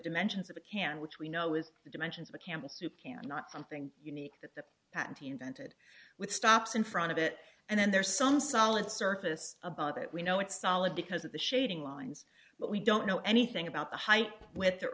dimensions of a can which we know is the dimensions but campbell soup can not something unique that the patent he invented with stops in front of it and then there's some solid surface about it we know it's solid because of the shading lines but we don't know anything about the hype with their